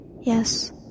Yes